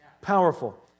Powerful